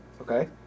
Okay